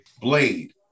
Blade